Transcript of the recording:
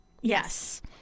Yes